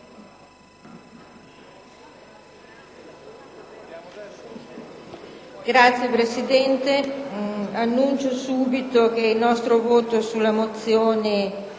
Signora Presidente, annuncio subito che il nostro voto sulla mozione